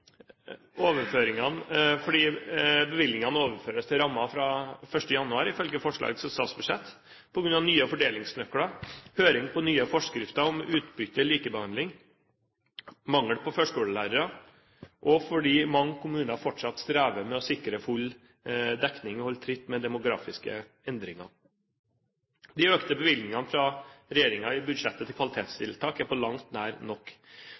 overføres til rammen fra 1. januar, på grunn av nye fordelingsnøkler, høring om nye forskrifter om utbytte og likebehandling, mangel på førskolelærere, og fordi mange kommuner fortsatt strever med å sikre full dekning og å holde tritt med demografiske endringer. De økte bevilgningene i budsjettet fra regjeringen til kvalitetstiltak er på langt nær nok.